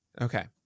Okay